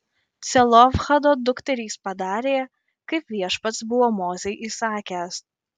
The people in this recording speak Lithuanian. celofhado dukterys padarė kaip viešpats buvo mozei įsakęs